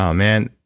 um man,